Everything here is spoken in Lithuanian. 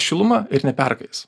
šilumą ir neperkais